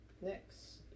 Next